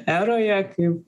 eroje kaip